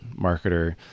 marketer